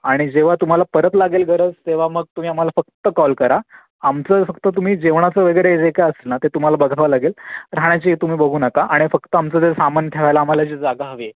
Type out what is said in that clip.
आणि जेव्हा तुम्हाला परत लागेल गरज तेव्हा मग तुम्ही आम्हाला फक्त कॉल करा आमचं फक्त तुम्ही जेवणाचं वगैरे जे काय असणार ते तुम्हाला बघावं लागेल राहण्याची तुम्ही बघू नका आणि फक्त आमचं जे सामान ठेवायला आम्हाला जी जागा हवी आहे